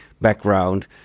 background